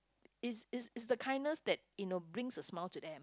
is is is the kindness that you know brings a smile to them